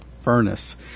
furnace